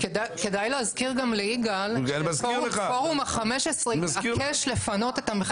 כדי להזכיר גם ליגאל שפורום ה-15 התעקש לפנות המחזוריות.